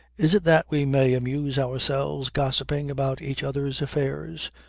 is it that we may amuse ourselves gossiping about each other's affairs?